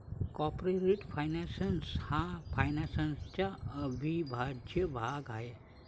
corporate finance हा फायनान्सचा अविभाज्य भाग आहे